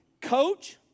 Coach